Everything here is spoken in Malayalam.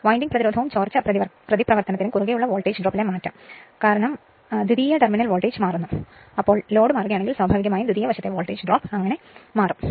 വിൻഡിംഗ് റെസിസ്റ്റൻസിനും ചോർച്ച പ്രതിപ്രവർത്തനത്തിനും കുറുകെയുള്ള വോൾട്ടേജ് ഡ്രോപ്പിലെ മാറ്റം കാരണം ലോഡിലെ മാറ്റത്തിനൊപ്പം ദ്വിതീയ ടെർമിനൽ വോൾട്ടേജ് മാറുന്നു കാരണം ലോഡ് മാറുകയാണെങ്കിൽ സ്വാഭാവികമായും ദ്വിതീയ വശത്തെ വോൾട്ടേജ് ഡ്രോപ്പ് അങ്ങനെ മാറും